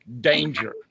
danger